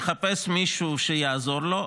מחפש מישהו שיעזור לו,